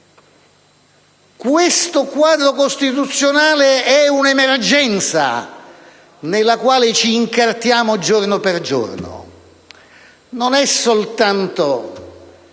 Questo quadro costituzionale è un'emergenza nella quale ci incartiamo giorno per giorno. Non è soltanto